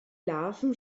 larven